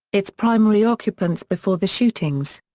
its primary occupants before the shootings.